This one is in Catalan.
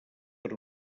per